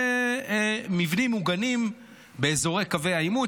למבנים מוגנים באזורי קווי העימות,